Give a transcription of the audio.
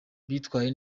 bitwaye